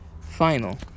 final